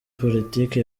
politiki